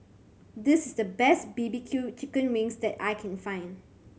this is the best B B Q chicken wings that I can find